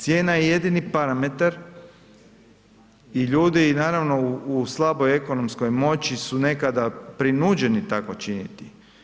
Cijena je jedini parametar i ljudi naravno u slaboj ekonomskoj moći su nekada prinuđeni tako činiti.